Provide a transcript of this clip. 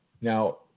Now